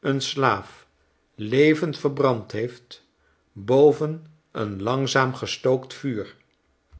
eenslaaf levend verbrand heeft boven een langzaam gestookt vuur